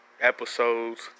episodes